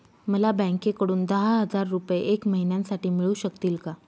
मला बँकेकडून दहा हजार रुपये एक महिन्यांसाठी मिळू शकतील का?